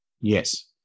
Yes